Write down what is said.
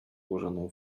włożoną